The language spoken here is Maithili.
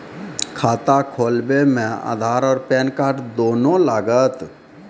खाता खोलबे मे आधार और पेन कार्ड दोनों लागत?